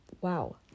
wow